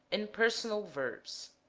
impersonal verbs.